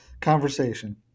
conversation